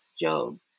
Job